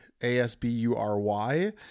ASBURY